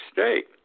State